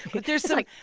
but there's some. like,